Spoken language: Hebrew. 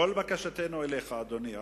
כל בקשתנו אליך, אדוני,